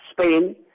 spain